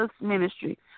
ministry